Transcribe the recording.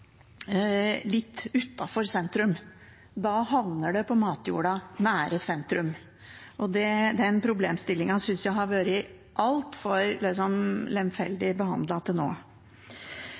litt utenfor sentrum. Da havner det på matjorda nær sentrum, og den problemstillingen synes jeg har vært altfor lemfeldig behandlet til nå.